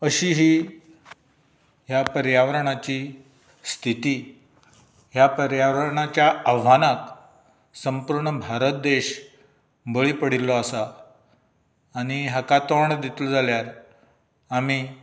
अशी ही ह्या पर्यावरणाची स्थिती ह्या पर्यावरणाच्या आव्हानाक संपूर्ण भारत देश बळी पडिल्लो आसा आनी हाका तोंड दितलो जाल्यार आमी